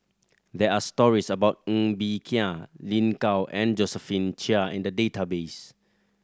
there are stories about Ng Bee Kia Lin Gao and Josephine Chia in the database